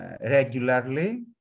regularly